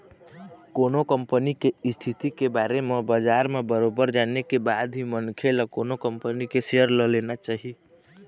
कोनो कंपनी के इस्थिति के बारे म बजार म बरोबर जाने के बाद ही मनखे ल कोनो कंपनी के सेयर ल लेना चाही